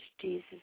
Jesus